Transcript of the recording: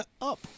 up